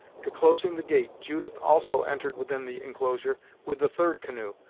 to closing the gate, judith also entered within the inclosure with the third canoe,